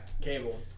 Cable